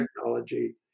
technology